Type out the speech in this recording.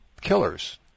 killers